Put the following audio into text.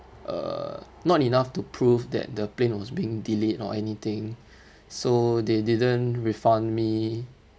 uh not enough to prove that the plane was being delayed or anything so they didn't refund me